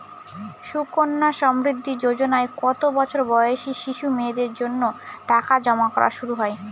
সুকন্যা সমৃদ্ধি যোজনায় কত বছর বয়সী শিশু মেয়েদের জন্য টাকা জমা করা শুরু হয়?